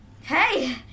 hey